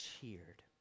cheered